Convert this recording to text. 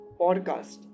podcast